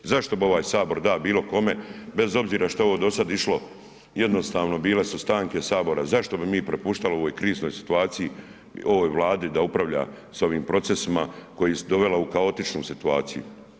Zašto bi ovaj Sabor dao bilo kome bez obzira što je ovo do sada išlo jednostavno bile su stanke Sabora, zašto bi mi propuštali u ovoj kriznoj situaciji ovoj Vladi da upravlja s ovim procesima koje je dovela u kaotičnu situaciju?